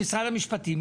המשפט?